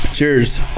Cheers